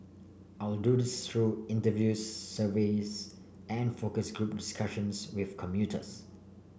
I'll do this through interviews surveys and focus group discussions with commuters